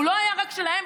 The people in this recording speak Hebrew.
הוא לא היה רק שלהם,